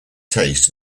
taste